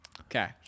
Okay